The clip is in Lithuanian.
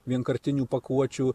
vienkartinių pakuočių